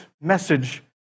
message